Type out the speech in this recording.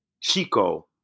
Chico